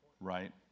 Right